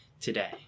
today